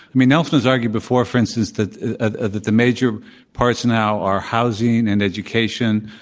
i mean, nelson's argued before, for instance, that ah that the major parts now are housing and education.